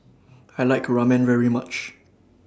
I like Ramen very much